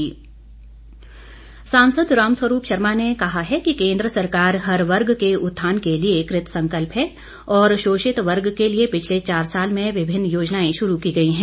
रामस्वरूप शर्मा सांसद रामस्वरूप शर्मा ने कहा है कि केन्द्र सरकार हर वर्ग के उत्थान के लिए कृतसंकल्प है और शोषित वर्ग के लिए पिछले चार साल में विभिन्न योजनाएं शुरू की गई है